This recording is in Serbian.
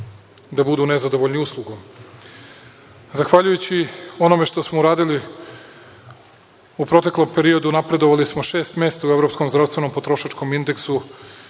da budu nezadovoljni uslugom. Zahvaljujući onome što smo uradili u proteklom periodu napredovali smo šest mesta u evropskom zdravstvenom potrošačkom indeksu,